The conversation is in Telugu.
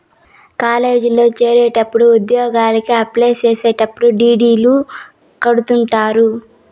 కాలేజీల్లో చేరేటప్పుడు ఉద్యోగలకి అప్లై చేసేటప్పుడు డీ.డీ.లు కడుతుంటారు